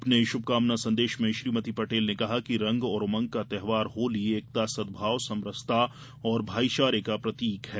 अपने शुभकामना संदेश में श्रीमति पटेल ने कहा है कि रंग और उमंग का त्यौहार होली एकता सद्भाव समरसता और भाईचारे का प्रतिक है